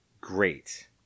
great